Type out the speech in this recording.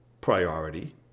priority